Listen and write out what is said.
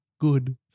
good